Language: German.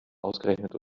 ausgerechnet